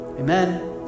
Amen